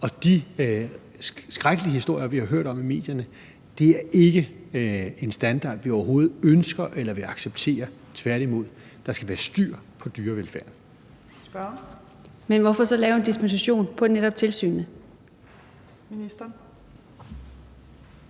de skrækkelige historier, vi har hørt om, i medierne, er ikke en standard, vi overhovedet ønsker eller vil acceptere – tværtimod. Der skal være styr på dyrevelfærden. Kl. 14:49 Fjerde næstformand (Trine